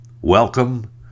Welcome